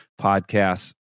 podcasts